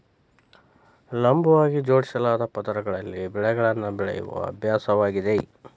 ಲಂಬವಾಗಿ ಜೋಡಿಸಲಾದ ಪದರಗಳಲ್ಲಿ ಬೆಳೆಗಳನ್ನು ಬೆಳೆಯುವ ಅಭ್ಯಾಸವಾಗಿದೆ